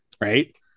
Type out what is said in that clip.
right